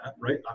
right